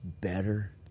better